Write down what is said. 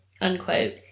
unquote